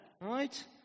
right